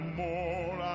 more